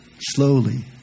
slowly